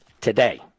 today